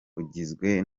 ugizwe